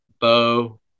bow